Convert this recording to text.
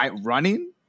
running